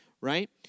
right